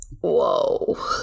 Whoa